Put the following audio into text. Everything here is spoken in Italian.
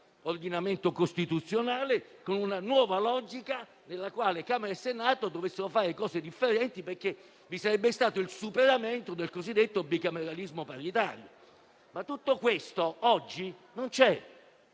ordinamento costituzionale, con una nuova logica nella quale Camera e Senato dovessero fare cose differenti perché vi sarebbe stato il superamento del cosiddetto bicameralismo paritario. Tutto questo però oggi non c'è